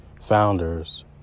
founders